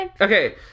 Okay